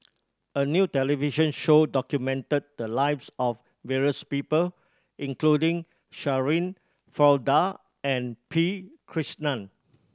a new television show documented the lives of various people including Shirin Fozdar and P Krishnan